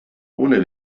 ohne